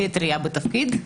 די טרייה בתפקיד,